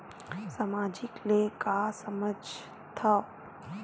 सामाजिक ले का समझ थाव?